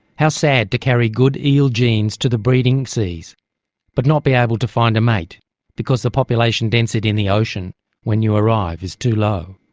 how sad to carry good eel genes to the breeding seas but not be able to find a mate because the population density in the ocean when you arrive is too low.